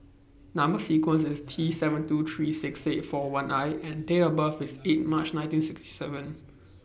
Number sequence IS T seven two three six eight four one I and Date of birth IS eight March nineteen sixty seven